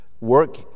Work